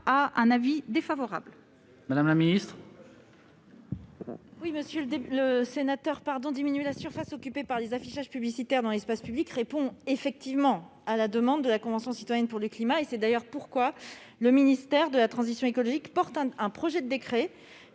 est donc défavorable. Quel est l'avis du Gouvernement ? Diminuer la surface occupée par les affichages publicitaires dans l'espace public répond effectivement à la demande de la Convention citoyenne pour le climat. C'est pourquoi le ministère de la transition écologique porte un projet de décret